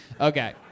Okay